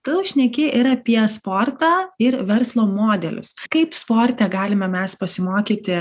tu šneki ir apie sportą ir verslo modelius kaip sporte galime mes pasimokyti